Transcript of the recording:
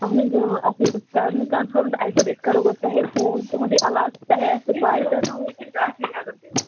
اَہَن حظ اَتھ حظ ٲس کَرٕنۍ کَنفٲرٕم تہٕ اَسہِ دوٚپ أسۍ کَرو گۄڈٕ تۄہے فون تُہُنٛدُے علاقہٕ تۄہہِ ہے آسوٕ پےَ تہٕ